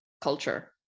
culture